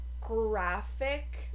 graphic